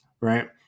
right